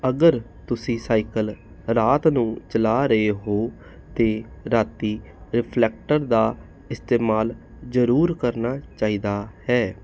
ਅਗਰ ਤੁਸੀਂ ਸਾਈਕਲ ਰਾਤ ਨੂੰ ਚਲਾ ਰਹੇ ਹੋ ਤੇ ਰਾਤੀ ਰਿਫਲੈਕਟਰ ਦਾ ਇਸਤੇਮਾਲ ਜ਼ਰੂਰ ਕਰਨਾ ਚਾਹੀਦਾ ਹੈ